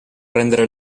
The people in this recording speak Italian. rendere